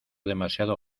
demasiado